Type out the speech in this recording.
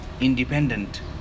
independent